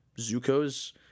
Zuko's